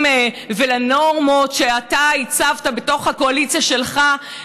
ולנורמות שאתה הצבת בתוך הקואליציה שלך,